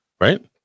Right